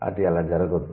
అది అలా జరగదు